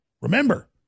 Remember